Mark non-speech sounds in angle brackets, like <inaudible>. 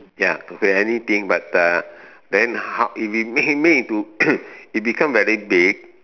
ya could be anything but uh then how if it make make into <coughs> it become very big